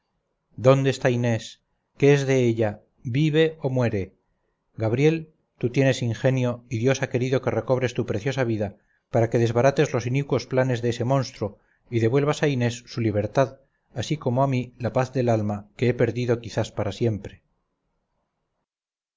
dónde está inés qué es de ella vive o muere gabriel tú tienes ingenio y dios ha querido que recobres tu preciosa vida para que desbarates los inicuos planes de ese monstruo y devuelvas a inés su libertad así como a mí la paz del alma que he perdido quizás para siempre